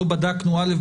לא בדקנו א',